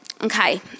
Okay